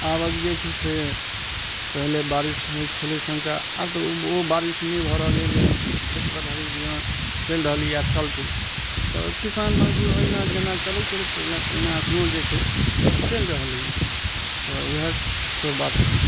आबक जे छै से पहिले बारिश छलै सङ्ख्या आब तऽ ओ बारिश नहि भऽ रहलइ जे खेत पथारी जेना चलि रहलइए आओर चलतइ तऽ किसान मजदूर अहिना जेना चलय छलय पहिने तऽ अहिना अखनो जे छै चलि रहलै अइ तऽ वएह सब बात छै